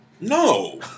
No